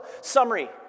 summary